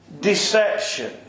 Deception